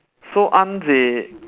so aren't they